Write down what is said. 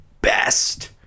best